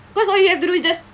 cause all you have to do is just